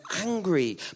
angry